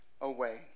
away